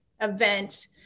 event